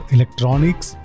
Electronics